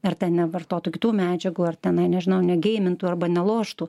ar ten nevartotų kitų medžiagų ar tenai nežinau negėjimintu arba neloštų